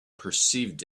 perceived